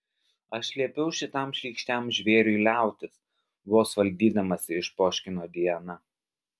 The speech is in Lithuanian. aš liepiau šitam šlykščiam žvėriui liautis vos valdydamasi išpoškino diana